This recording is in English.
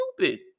stupid